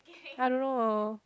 I don't know